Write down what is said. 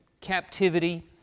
captivity